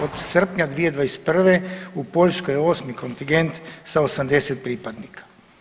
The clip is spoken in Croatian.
Od srpnja 2021. u Poljskoj je 8. kontingent sa 80 pripadnika.